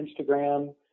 Instagram